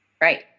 Right